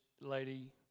lady